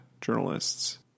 journalists